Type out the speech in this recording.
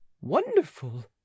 Wonderful